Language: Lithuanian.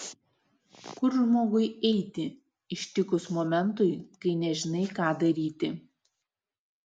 kur žmogui eiti ištikus momentui kai nežinai ką daryti